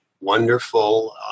wonderful